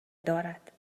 دارد